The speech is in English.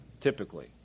Typically